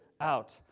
out